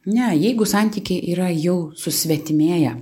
ne jeigu santykiai yra jau susvetimėję